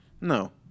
no